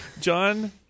John